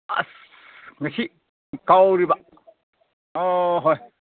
ꯑꯁ ꯉꯁꯤ ꯀꯥꯎꯔꯤꯕ ꯑꯣ ꯍꯣꯏ